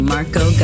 Marco